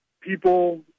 people